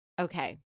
okay